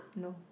no